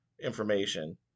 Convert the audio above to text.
information